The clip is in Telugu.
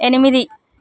ఎనిమిది